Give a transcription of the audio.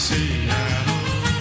Seattle